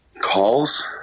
calls